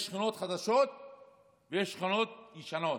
יש שכונות חדשות ויש שכונות ישנות,